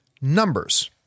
Numbers